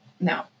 No